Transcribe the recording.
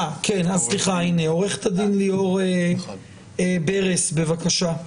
עורכת הדין ליאור ברס, בבקשה.